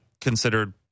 considered